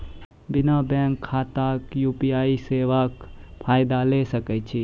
बिना बैंक खाताक यु.पी.आई सेवाक फायदा ले सकै छी?